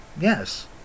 Yes